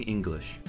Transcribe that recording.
English，